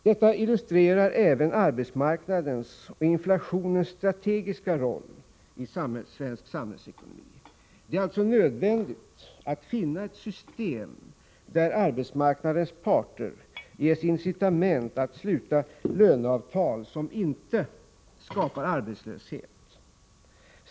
Detta illustrerar även arbetsmarknadens och inflationens strategiska roll i svensk samhällsekonomi. Det är alltså nödvändigt att finna ett system där arbetsmarknadens parter ges incitament att sluta löneavtal som inte skapar arbetslöshet.